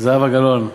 זהבה גלאון,